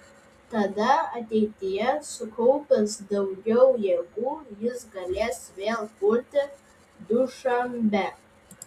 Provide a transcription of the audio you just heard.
tada ateityje sukaupęs daugiau jėgų jis galės vėl pulti dušanbę